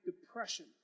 depression